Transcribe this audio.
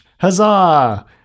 Huzzah